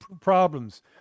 problems